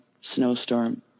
snowstorm